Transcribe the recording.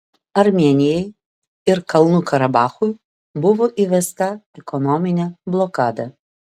armėnijai ir kalnų karabachui buvo įvesta ekonominė blokada